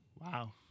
wow